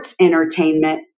entertainment